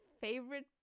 favorite